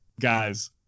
guys